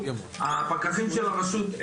הפקחים של הרשות,